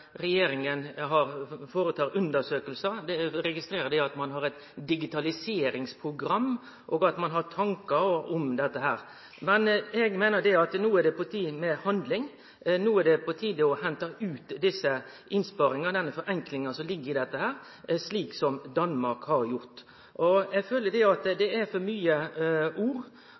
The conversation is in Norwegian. ein har tankar om dette. Men eg meiner at no er det på tide med handling, no er det på tide å hente ut desse innsparingane, denne forenklinga som ligg i dette, slik som Danmark har gjort. Eg føler at det er for mange ord,